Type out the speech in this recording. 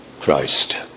Christ